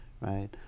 right